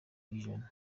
ijana